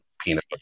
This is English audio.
peanut